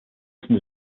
often